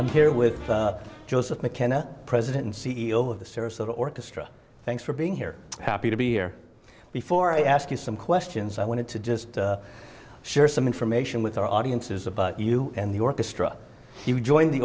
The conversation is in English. i'm here with joseph mckenna president and c e o of the sarasota orchestra thanks for being here happy to be here before i ask you some questions i wanted to just share some information with our audiences about you and the orchestra he joined the